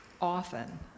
often